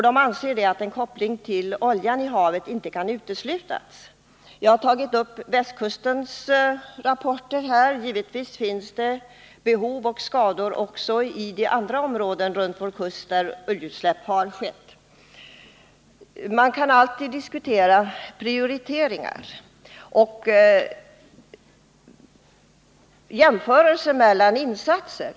De anser att en koppling till oljan i havet inte kan uteslutas. Jag har tagit upp rapporter rörande västkusten, men givetvis finns skador samt behov av åtgärder också i de andra områden runt vår kust där oljeutsläpp har 1 skett. Man kan alltid diskutera prioriteringar och göra jämförelser mellan insatser.